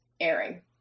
airing